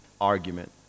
argument